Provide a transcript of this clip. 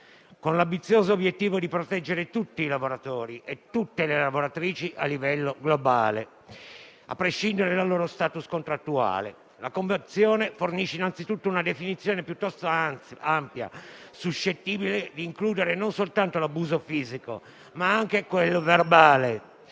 con l'ambizioso obiettivo di proteggere tutti i lavoratori e tutte le lavoratrici a livello globale, a prescindere dal loro *status* contrattuale. La Convenzione fornisce, innanzitutto, una definizione piuttosto ampia, suscettibile di includere non soltanto l'abuso fisico, ma anche quello verbale,